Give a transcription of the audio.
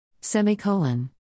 Semicolon